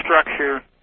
structure